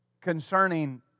Concerning